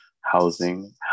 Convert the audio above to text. housing